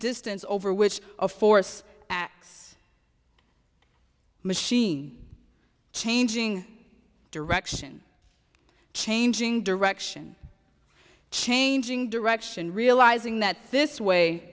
distance over which a force x machine changing direction changing direction changing direction realizing that this way